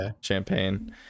champagne